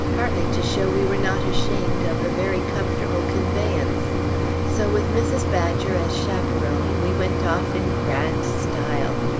partly to show we were not ashamed of a very comfortable conveyance so with mrs. badger as chaperon, we went off in grand style.